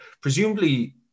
presumably